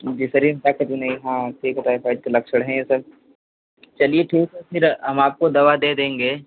भी नहीं हाँ ठीक है टायफाइड के लक्ष्मण हैं ये सब चलिए ठीक है फिर हम आपको दवा दे देंगे